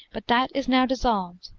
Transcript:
but that is now dissolved,